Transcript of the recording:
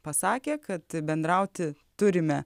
pasakė kad bendrauti turime